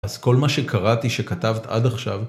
אז כל מה שקראתי שכתבת עד עכשיו